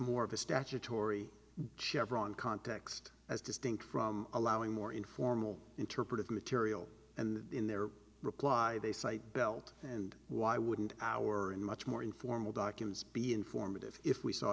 more of a statutory chevron context as distinct from allowing more informal interpretive material and in their reply they cite belt and why wouldn't our in much more informal documents be informative if we saw